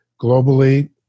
globally